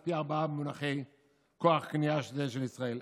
פי ארבעה במונחי כוח קנייה מזה של ישראל.